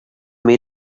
made